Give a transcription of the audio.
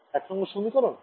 ১ নং সমীকরণ